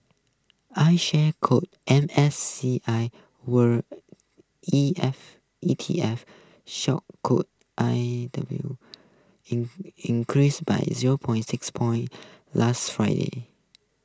iShares core M S C I world E F E T F shock code I W increased by zero points six points last Friday